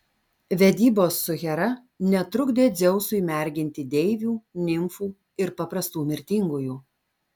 vedybos su hera netrukdė dzeusui merginti deivių nimfų ir paprastų mirtingųjų